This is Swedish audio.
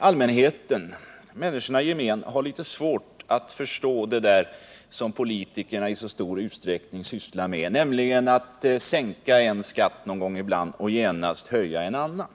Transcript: allmänheten, människorna i gemen, har litet svårt att förstå det där som politikerna i så stor utsträckning sysslar med, nämligen att sänka en skatt ibland och genast höja en annan.